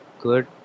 good